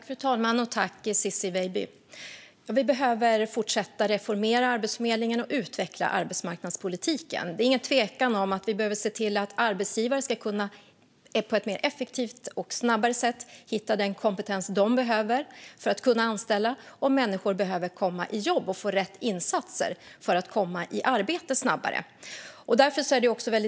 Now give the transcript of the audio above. Fru talman! Vi behöver fortsätta att reformera Arbetsförmedlingen och utveckla arbetsmarknadspolitiken. Det råder inget tvivel om att arbetsgivare på ett mer effektivt och snabbare sätt måste hitta den kompetens de behöver för att kunna anställa, och människor behöver rätt insatser för att komma i arbete snabbare.